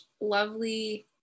lovely